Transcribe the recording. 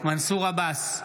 מנסור עבאס,